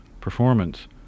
performance